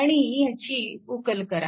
आणि ह्याची उकल करा